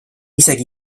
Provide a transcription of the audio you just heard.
isegi